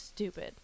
stupid